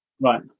Right